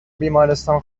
بیمارستان